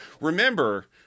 remember